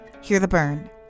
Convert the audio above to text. heartheburn